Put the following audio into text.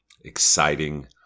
exciting